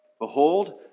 Behold